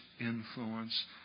influence